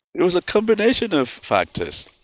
there was a combination of factors,